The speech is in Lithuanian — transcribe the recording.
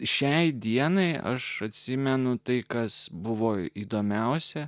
šiai dienai aš atsimenu tai kas buvo įdomiausia